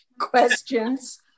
questions